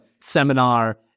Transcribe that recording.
seminar